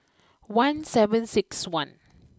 one seven six one